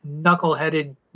knuckleheaded